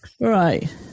Right